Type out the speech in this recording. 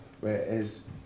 whereas